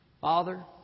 Father